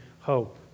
hope